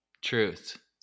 Truth